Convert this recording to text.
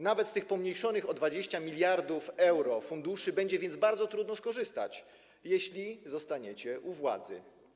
Nawet z tych pomniejszonych o 20 mld euro funduszy będzie więc bardzo trudno skorzystać, jeśli zostaniecie u władzy.